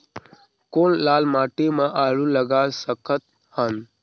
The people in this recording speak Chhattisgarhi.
कौन लाल माटी म आलू लगा सकत हन?